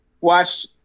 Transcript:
watch